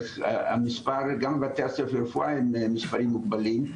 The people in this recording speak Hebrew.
המספר גם בבתי הספר לרפואה הם מספרים מוגבלים,